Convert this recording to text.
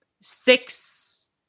six